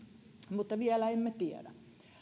mutta vielä emme tiedä